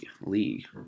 League